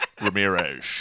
Ramirez